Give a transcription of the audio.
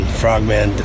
frogman